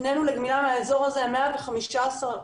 הפנינו לגמילה מהאזור הזה 115 אנשים,